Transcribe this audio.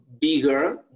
bigger